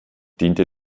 diente